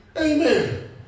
Amen